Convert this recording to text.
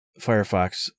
Firefox